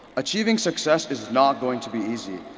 achieving success is not going to be easy,